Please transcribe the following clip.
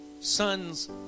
Sons